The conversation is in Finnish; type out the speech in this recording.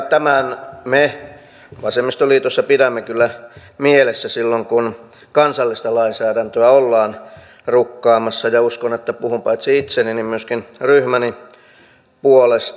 tämän me vasemmistoliitossa pidämme kyllä mielessä silloin kun kansallista lainsäädäntöä ollaan rukkaamassa ja uskon että puhun paitsi itseni myöskin ryhmäni puolesta